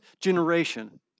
generation